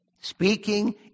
speaking